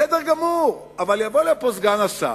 בסדר גמור, אבל יבוא סגן השר,